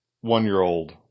one-year-old